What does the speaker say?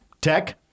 tech